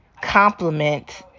compliment